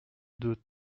deux